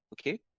okay